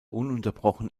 ununterbrochen